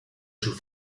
sus